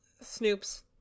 snoops